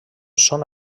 són